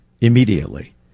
immediately